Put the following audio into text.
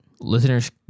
Listeners